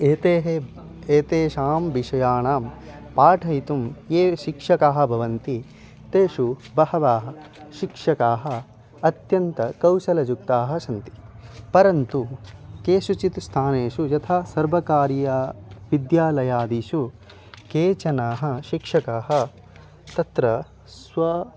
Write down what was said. एतेः एतेषां विषयाणां पाठयितुं ये शिक्षकाः भवन्ति तेषु बहवः शिक्षकाः अत्यन्तं कौशलयुक्ताः सन्ति परन्तु केषुचित् स्थानेषु यथा सर्वकारीय विद्यालयादीषु केचनाः शिक्षकाः तत्र स्व